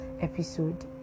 episode